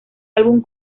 álbum